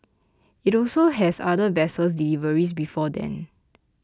it also has other vessels deliveries before then